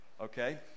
okay